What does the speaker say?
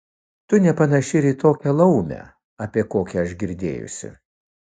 tu nepanaši ir į tokią laumę apie kokią aš girdėjusi